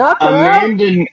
Amanda